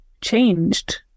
changed